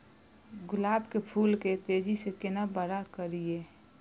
गुलाब के फूल के तेजी से केना बड़ा करिए?